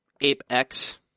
Apex